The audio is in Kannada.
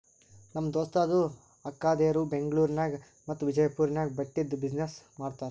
ನಮ್ ದೋಸ್ತದು ಅಕ್ಕಾದೇರು ಬೆಂಗ್ಳೂರ್ ನಾಗ್ ಮತ್ತ ವಿಜಯಪುರ್ ನಾಗ್ ಬಟ್ಟಿದ್ ಬಿಸಿನ್ನೆಸ್ ಮಾಡ್ತಾರ್